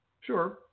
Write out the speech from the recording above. Sure